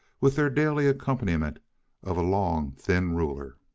with their daily accompaniment of a long, thin ruler.